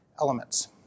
elements